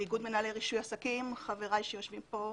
לאיגוד מנהלי רישוי עסקים חבריי שיושבים כן,